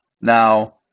Now